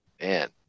man